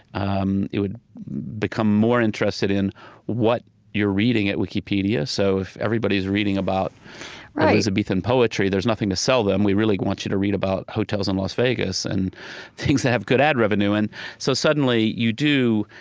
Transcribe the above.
um it would become more interested in what you're reading at wikipedia. so if everybody's reading about elizabethan poetry, there's nothing to sell them. we really want you to read about hotels in las vegas and things that have good ad revenue. and so suddenly you do.